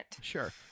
Sure